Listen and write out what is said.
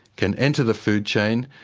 can enter the food chain,